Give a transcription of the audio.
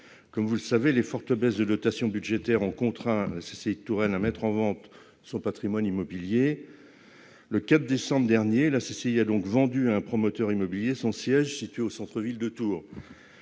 Comme vous le savez, les fortes baisses de dotations budgétaires ont contraint la CCI de Touraine à mettre en vente son patrimoine immobilier. Le 4 décembre dernier, la CCI a donc vendu à un promoteur immobilier son siège situé au centre-ville de Tours.